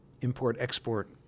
import-export